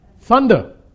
thunder